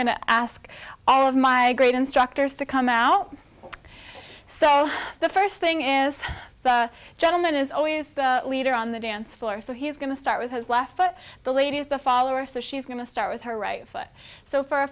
going to ask all of my great instructors to come out so the first thing is john is always the leader on the dance floor so he's going to start with his left foot the lady is the follower so she's going to start with her right foot so far